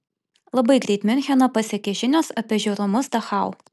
labai greit miuncheną pasiekė žinios apie žiaurumus dachau